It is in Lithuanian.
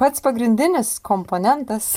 pats pagrindinis komponentas